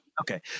Okay